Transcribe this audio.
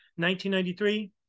1993